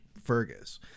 Fergus